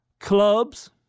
Clubs